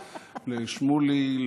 לשמולי,